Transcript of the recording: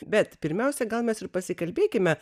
bet pirmiausia gal mes ir pasikalbėkime